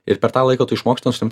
ir per tą laiką tu išmoksti nusiimt